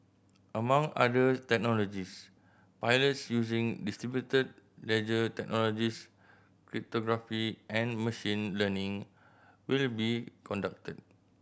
among other technologies pilots using distributed ledger technologies cryptography and machine learning will be conducted